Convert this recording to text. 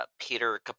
Peter